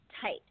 tight